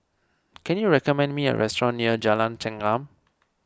can you recommend me a restaurant near Jalan Chengam